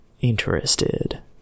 interested